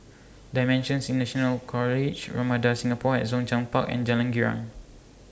DImensions International College Ramada Singapore At Zhongshan Park and Jalan Girang